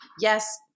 yes